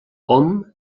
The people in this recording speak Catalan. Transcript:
hom